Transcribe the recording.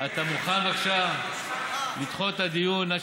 אתה מוכן בבקשה לדחות את הדיון עד